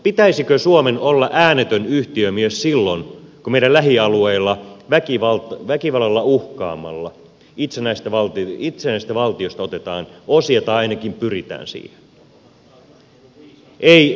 pitäisikö suomen olla äänetön yhtiömies silloin kun meidän lähialueilla väkivallalla uhkaamalla itsenäisestä valtiosta otetaan osia tai ainakin pyritään siihen